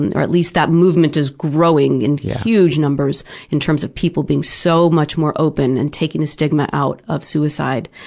and or at least that movement is growing in huge numbers in terms of people being so much more open and taking the stigma out of suicide,